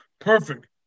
Perfect